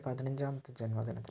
പതിനഞ്ചാമത്തെ ജന്മദിനത്തിൽ